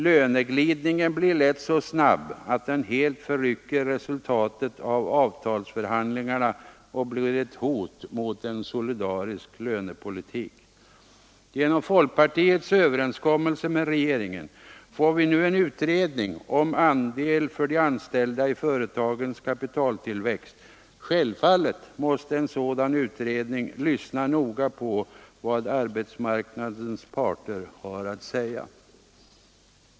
Löneglidningen blir lätt så snabb att den helt förrycker resultatet av avtalsförhandlingarna och blir ett hot mot en solidarisk lönepolitik. Genom folkpartiets överenskommelse med regeringen får vi nu en utredning om andel för de anställda i företagens kapitaltillväxt. Självfallet måste en sådan utredning lyssna noga på vad arbetsmarknadens parter har att säga.